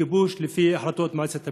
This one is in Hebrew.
כיבוש לפי החלטות מועצת הביטחון.